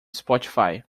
spotify